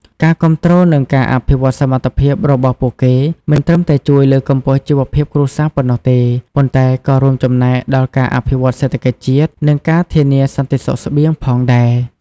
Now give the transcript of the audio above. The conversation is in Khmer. ការគាំទ្រ និងការអភិវឌ្ឍសមត្ថភាពរបស់ពួកគេ មិនត្រឹមតែជួយលើកកម្ពស់ជីវភាពគ្រួសារប៉ុណ្ណោះទេ ប៉ុន្តែក៏រួមចំណែកដល់ការអភិវឌ្ឍសេដ្ឋកិច្ចជាតិ និងការធានាសន្តិសុខស្បៀងផងដែរ។